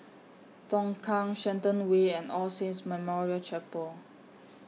Tongkang Shenton Way and All Saints Memorial Chapel